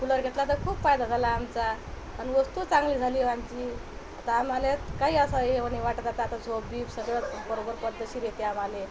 cooler घेतला तर खूप फायदा झाला आमचा आणि वस्तू चांगली झाली आमची आता आम्हाले काही असं हे वनि वाटत आता आता झोप बीप सगळं बरोबर पद्धतशीर येते आम्हाले